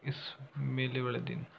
ਇਸ ਮੇਲੇ ਵਾਲੇ ਦਿਨ